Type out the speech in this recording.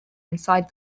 inside